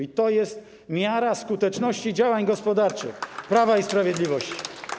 I to jest miara skuteczności działań gospodarczych Prawa i Sprawiedliwości.